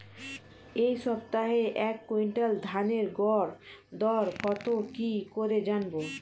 এই সপ্তাহের এক কুইন্টাল ধানের গর দর কত কি করে জানবো?